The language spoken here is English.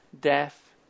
death